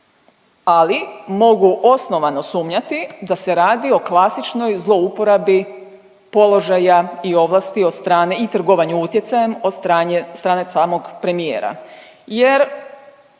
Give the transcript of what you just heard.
ali mogu osnovano sumnjati da se radi o klasičnoj zlouporabi položaja i ovlasti od strane i trgovanje utjecajem od strane samog premijera